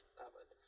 covered